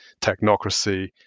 technocracy